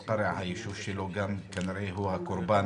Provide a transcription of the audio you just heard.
שהיישוב שלו, כפר קרע, כנראה הוא הקורבן